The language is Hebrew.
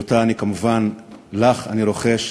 שלך אני רוחש